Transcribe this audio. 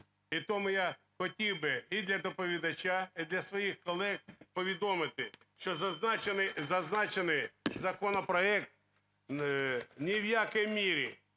І тому я хотів би і для доповідача, і для своїх колег повідомити, що зазначений законопроект ні в якій мірі